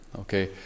okay